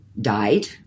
died